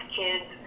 kids